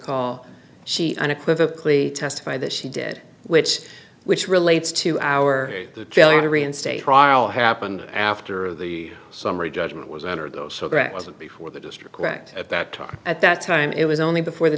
call she unequivocally testify that she did which which relates to our jailing to reinstate trial happened after the summary judgment was entered those so that wasn't before the district lacked at that time at that time it was only before the